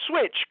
switch